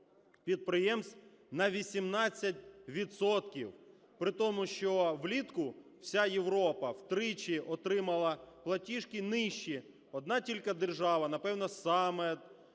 підприємств на 18 відсотків. При тому, що влітку вся Європа втричі отримала платіжки нижчі. Одна тільки держава, напевно, сама